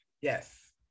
yes